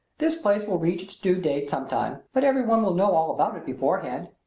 this place will reach its due date sometime, but every one will know all about it beforehand.